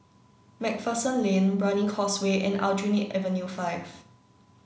MacPherson Lane Brani Causeway and Aljunied Avenue five